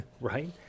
right